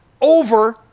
over